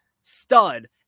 stud